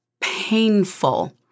painful